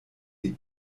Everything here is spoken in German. die